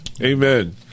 Amen